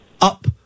up